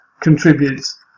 contributes